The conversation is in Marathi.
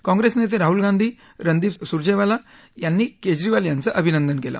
काँग्रेस नेते राहुल गांधी रणदीप सुजॅवाला यांनी केजरीवाल यांच अभिनंदन केलं